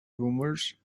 rumours